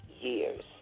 years